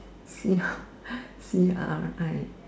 C C R I